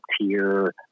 tier